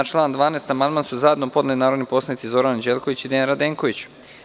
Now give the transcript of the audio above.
Na član 12. amandman su zajedno podneli narodni poslanici Zoran Anđelković i Dejan Radenković.